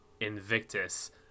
Invictus